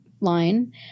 line